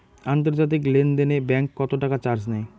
আন্তর্জাতিক লেনদেনে ব্যাংক কত টাকা চার্জ নেয়?